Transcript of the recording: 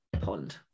pond